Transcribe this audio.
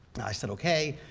and i said, ok.